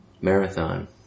Marathon